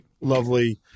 lovely